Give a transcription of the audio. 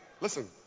listen